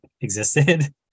existed